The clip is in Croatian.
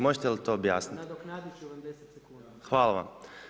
Možete li to objasniti? … [[Upadica se ne čuje.]] Hvala vam.